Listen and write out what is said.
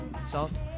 salt